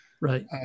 right